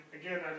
again